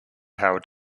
howard